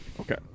Okay